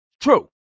True